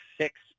six